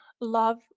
love